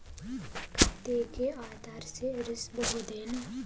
ಖಾತೆಗೆ ಆಧಾರ್ ಸೇರಿಸಬಹುದೇನೂ?